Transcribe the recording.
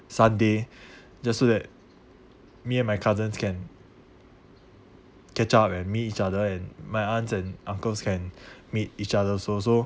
sunday just so that me and my cousins can catch up and meet each other and my aunts and uncles can meet each other also so